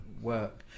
Work